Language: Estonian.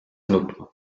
nutma